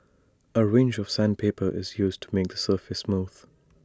A range of sandpaper is used to make the surface smooth